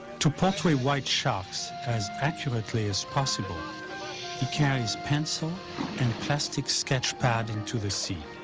to portray white sharks as accurately as possible he carries pencil and plastic sketch pad into the sea.